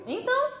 Então